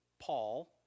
Paul